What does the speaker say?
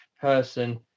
person